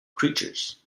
creatures